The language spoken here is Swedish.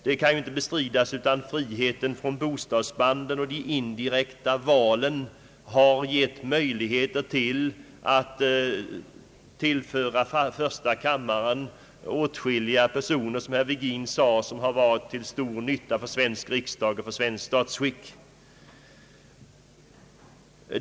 Det kan inte bestridas att friheten från bostadsband och de indirekta valen har gett möjligheter att tillföra första kammaren åtskilliga personer som, såsom herr Virgin sade, varit till stor nytta för svensk riksdag och svenskt statsskick.